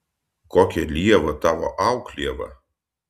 kokia lieva tavo auklieva